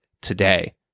today